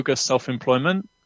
self-employment